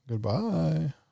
Goodbye